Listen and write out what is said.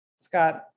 Scott